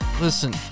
Listen